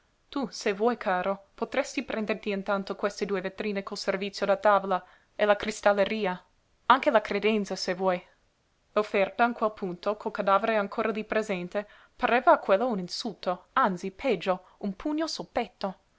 tu se vuoi caro potresti prenderti intanto queste due vetrine col servizio da tavola e la cristalleria anche la credenza se vuoi l'offerta in quel punto col cadavere ancor lí presente pareva a quello un insulto anzi peggio un pugno sul petto